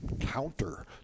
counter